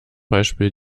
beispiel